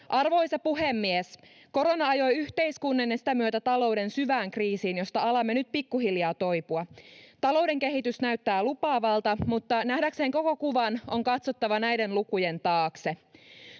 Arvoisa puhemies! Korona ajoi yhteiskunnan ja sitä myötä talouden syvään kriisiin, josta alamme nyt pikkuhiljaa toipua. Talouden kehitys näyttää lupaavalta, mutta nähdäkseen koko kuvan on katsottava näiden lukujen taakse.